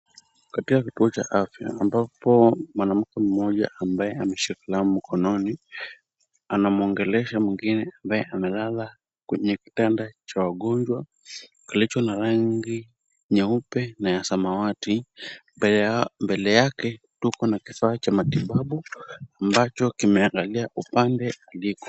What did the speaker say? Katika kituo cha afya ambapo mwanamke mmoja ambaye ameshika kalamu mkononi anamwongelesha mwingine ambaye amelala kwenye kitanda cha wagonjwa kilicho na rangi nyeupe na ya samawati. Mbele yake tuko na kifaa cha matibabu ambacho kimeangalia upande aliko.